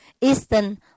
Eastern